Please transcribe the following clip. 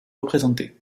représenté